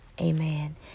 Amen